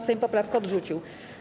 Sejm poprawkę odrzucił.